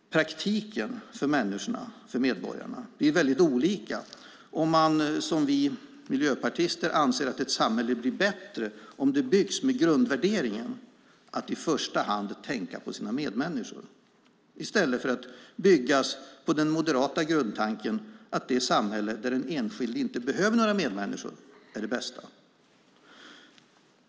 I praktiken blir resultatet för medborgarna väldigt olika om man, som vi miljöpartister, anser att samhället blir bättre om det byggs med grundvärderingen att i första hand tänka på sina medmänniskor i stället för att byggas på den moderata grundtanken att det samhälle där den enskilde inte behöver några medmänniskor är det bästa.